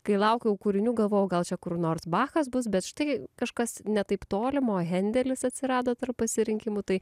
kai laukiau kūrinių gavau gal čia kur nors bachas bus bet štai kažkas ne taip tolimo hendelis atsirado tarp pasirinkimų tai